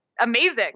amazing